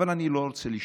אבל אני לא רוצה לשפוט,